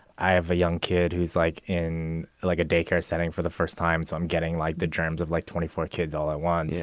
i have a young kid who's like in like a daycare setting for the first time. so i'm getting like the germs of like twenty four kids all i want. yeah,